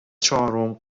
چهارم